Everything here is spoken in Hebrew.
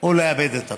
או לאבד את הכול.